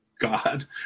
god